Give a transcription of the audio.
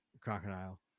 crocodile